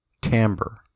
Timbre